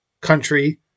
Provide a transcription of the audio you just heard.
country